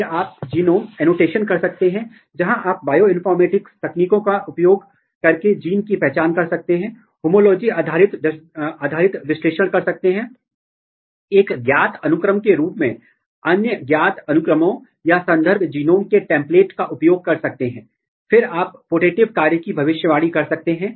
तो आप क्या करते हैं आप अपने प्रोटीन को क्रोमैटिन से बांधने की अनुमति देते हैं यदि आपके पास एक ट्रांसक्रिप्शन कारक है तो वह जाएगा और उसके लक्ष्य से बंधेगा तो आप इसे ठीक कर सकते हैं आप इसे क्रॉस लिंक कर सकते हैं